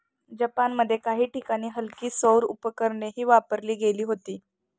जपानमध्ये काही ठिकाणी हलकी सौर उपकरणेही वापरली गेली होती